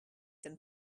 than